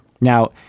Now